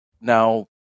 now